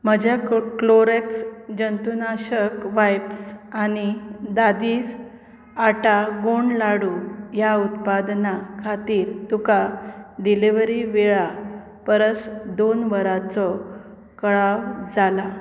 म्हज्या क्लोरेक्स जंतुनाशक वायप्स आनी दादीज आटा गूण लाडू ह्या उत्पादनां खातीर तुका डिलिव्हरी वेळा परस दोन वराचो कळाव जाला